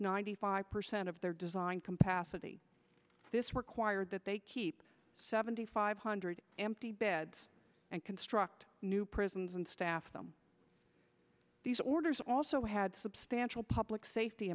ninety five percent of their design compasses this required that they keep seventy five hundred empty beds and construct new prisons and staff them these orders also had substantial public safety